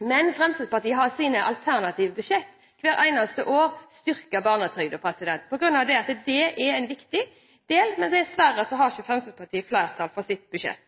men Fremskrittspartiet har i sine alternative budsjett hvert eneste år styrket barnetrygden fordi det er en viktig del. Men dessverre har ikke Fremskrittspartiet fått flertall for sitt budsjett.